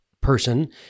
person